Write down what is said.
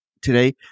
today